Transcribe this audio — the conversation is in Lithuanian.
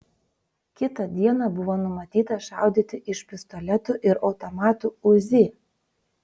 kitą dieną buvo numatyta šaudyti iš pistoletų ir automatų uzi